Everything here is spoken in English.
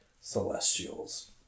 Celestials